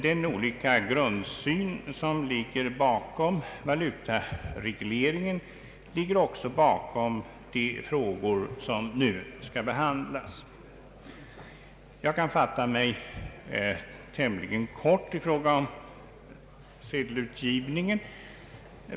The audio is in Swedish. Den olika grundsynen på valutaregleringen ligger också bakom de frågor som nu skall behandlas. Jag kan fatta mig tämligen kort i fråga om sedelutgivningen.